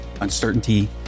uncertainty